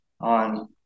on